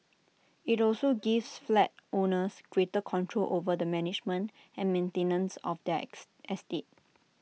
IT also gives flat owners greater control over the management and maintenance of their ex estate